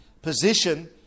Position